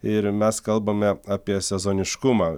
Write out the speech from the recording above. ir mes kalbame apie sezoniškumą